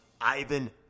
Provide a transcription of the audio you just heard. Ivan